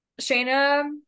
Shayna